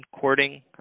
courting